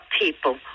people